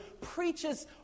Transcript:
preaches